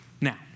Now